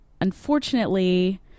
unfortunately